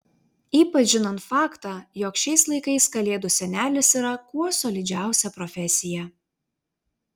ypač žinant faktą jog šiais laikais kalėdų senelis yra kuo solidžiausia profesija